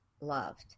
loved